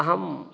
अहं